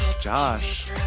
Josh